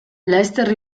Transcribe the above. laster